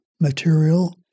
material